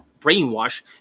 brainwashed